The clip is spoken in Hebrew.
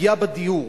הפגיעה בדיור,